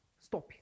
Stop